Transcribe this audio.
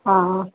ହଁ